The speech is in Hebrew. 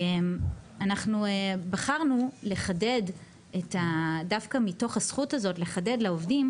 אנחנו בחרנו דווקא מתוך הזכות הזו לחדד לעובדים